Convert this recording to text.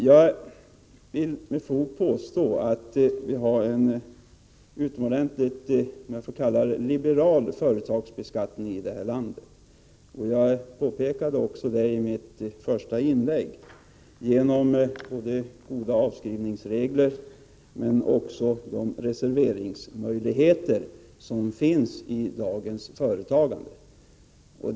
Jag vill med fog påstå att vi har en utomordentligt liberal företagsbeskattning — om jag får kalla den så — i det här landet, genom såväl goda avskrivningsregler som de reserveringsmöjligheter som finns i dagens företagande. Detta påpekade jag också i mitt första inlägg.